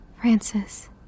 Francis